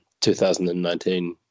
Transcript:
2019